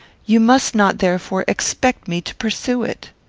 you must not, therefore, expect me to pursue it.